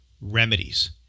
Remedies